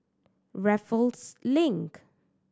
Raffles Link